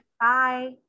Bye